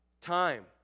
time